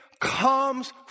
comes